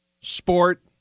sport